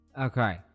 Okay